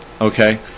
okay